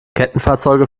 kettenfahrzeuge